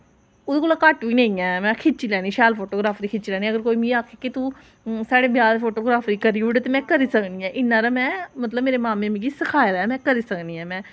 ओह्दे कोला घट्ट बी नेईं ऐं में खिच्ची लैन्नी शैल फोटोग्राफरी खिच्ची लैन्नी कि अगर कोई मिगी आक्खै तूं साढ़े ब्याह् दी फोटोग्राफरी करी ओड़ ते में करी सकनी ऐ इ'न्ना हारा में मतलब मेरे माम्मे मिगी सखाए दा ऐ में करी सकनी ऐं में